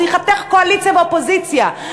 זה ייחתך קואליציה ואופוזיציה.